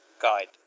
guide